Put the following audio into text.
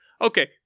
Okay